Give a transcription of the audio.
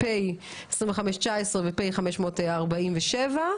פ/2519 ו-פ/546.